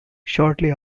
shortly